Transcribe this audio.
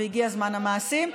והגיע זמן המעשים.